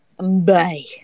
-bye